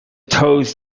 toes